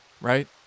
right